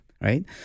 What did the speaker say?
Right